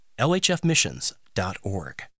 lhfmissions.org